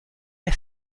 der